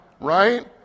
right